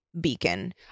beacon